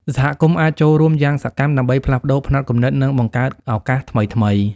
សហគមន៍អាចចូលរួមយ៉ាងសកម្មដើម្បីផ្លាស់ប្ដូរផ្នត់គំនិត និងបង្កើតឱកាសថ្មីៗ។